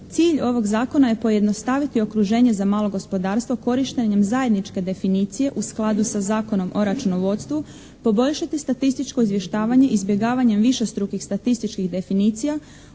Cilj ovog zakona je pojednostaviti okruženje za malo gospodarstvo korištenjem zajedničke definicije u skladu sa Zakonom o računovodstvu, poboljšati statističko izvještavanje izbjegavanjem višestrukih statističkih definicija,